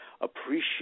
appreciate